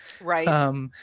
right